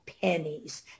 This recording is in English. pennies